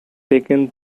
taken